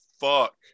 fuck